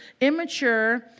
immature